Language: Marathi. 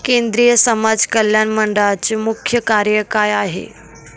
केंद्रिय समाज कल्याण मंडळाचे मुख्य कार्य काय आहे?